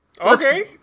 Okay